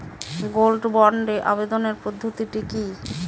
Gold বন্ডে আবেদনের পদ্ধতিটি কি?